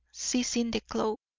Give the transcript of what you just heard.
seizing the cloak,